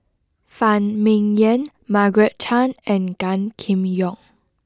Phan Ming Yen Margaret Chan and Gan Kim Yong